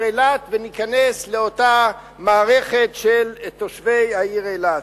אילת וניכנס לאותה מערכת של תושבי העיר אילת.